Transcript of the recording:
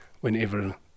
whenever